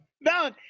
No